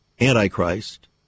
Antichrist